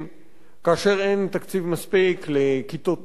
כאשר אין תקציב מספיק לכיתות תרגול,